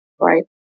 Right